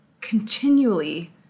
continually